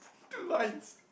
two lines